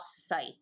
sight